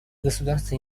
государства